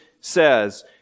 says